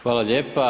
Hvala lijepo.